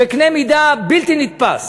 בקנה מידה בלתי נתפס.